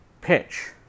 pitch